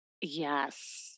yes